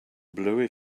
blurry